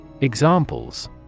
Examples